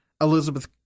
Elizabeth